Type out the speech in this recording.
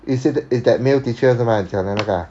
is it is that male teacher 是吗你讲的那个 ah